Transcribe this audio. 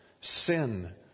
Sin